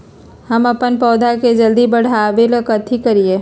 हम अपन पौधा के जल्दी बाढ़आवेला कथि करिए?